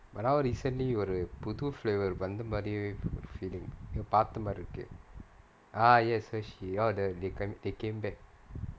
but ah recently ஒரு புது:oru puthu flavour வந்த மாரி ஒரு:vantha maari oru feeling எங்கயோ பாத்த மாரி இருக்கு:engayo paaththa maari irukku ah yes Hershey's orh the~ they come they came back